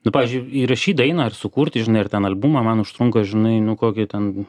nu pavyzdžiui įrašyt dainą ar sukurti žinai ar ten albumą man užtrunka žinai nu kokių ten